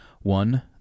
one